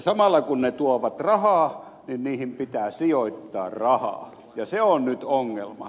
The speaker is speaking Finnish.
samalla kun ne tuovat rahaa niihin pitää sijoittaa rahaa ja se on nyt ongelma